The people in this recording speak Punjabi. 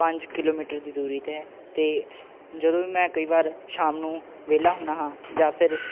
ਪੰਜ ਕਿਲੋਮੀਟਰ ਦੀ ਦੂਰੀ 'ਤੇ ਹੈ ਅਤੇ ਜਦੋਂ ਵੀ ਮੈਂ ਕਈ ਵਾਰ ਸ਼ਾਮ ਨੂੰ ਵਿਹਲਾ ਹੁੰਦਾ ਹਾਂ ਜਾਂ ਫਿਰ